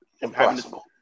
impossible